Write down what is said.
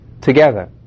together